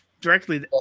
directly